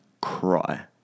cry